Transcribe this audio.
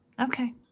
Okay